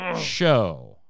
show